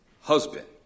husband